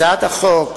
הצעת החוק